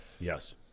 Yes